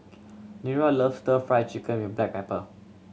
Nira loves Stir Fry Chicken with black pepper